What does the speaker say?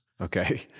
Okay